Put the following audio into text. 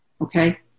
Okay